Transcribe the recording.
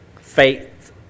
Faith